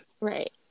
right